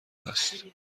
است